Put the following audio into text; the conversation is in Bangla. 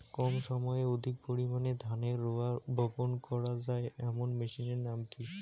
কম সময়ে অধিক পরিমাণে ধানের রোয়া বপন করা য়ায় এমন মেশিনের নাম কি?